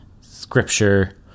scripture